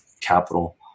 capital